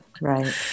right